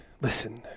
Listen